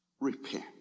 repent